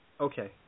Okay